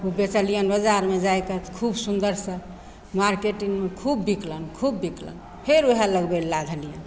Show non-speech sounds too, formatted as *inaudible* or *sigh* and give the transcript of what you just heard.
ओ बेचलिअनि बजारमे जाके खूब सुन्दरसे मार्केटिन्गमे खूब बिकलनि खूब बिकलनि फेर ओहे लगबै ले *unintelligible*